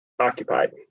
Occupied